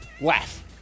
laugh